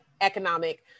economic